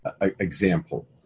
example